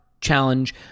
challenge